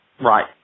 Right